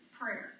prayer